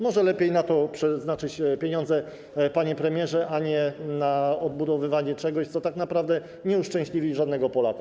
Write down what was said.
Może lepiej na to przeznaczyć pieniądze, panie premierze, a nie na odbudowywanie czegoś, co tak naprawdę nie uszczęśliwi żadnego Polaka.